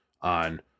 on